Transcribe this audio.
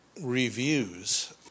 reviews